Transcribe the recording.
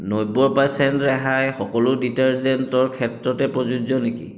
নব্বৈ পাৰ্চেণ্ট ৰেহাই সকলো ডিটাৰজেণ্টৰ ক্ষেত্ৰতে প্ৰযোজ্য নেকি